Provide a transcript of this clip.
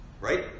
Right